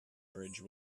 bridge